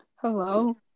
Hello